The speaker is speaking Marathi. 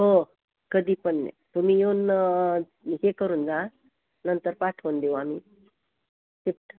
हो कधीपण तुम्ही येऊन हे करून जा नंतर पाठवून देऊ आम्ही शिफ्ट